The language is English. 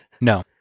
No